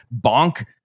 bonk